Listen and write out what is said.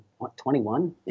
21